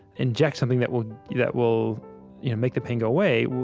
inject something that will that will you know make the pain go away well,